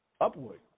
upward